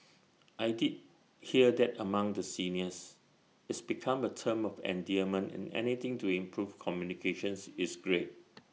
I did hear that among the seniors it's become A term of endearment and anything to improve communications is great